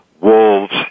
wolves